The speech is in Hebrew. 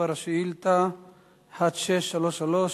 שאילתא מס' 1633: